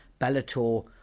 Bellator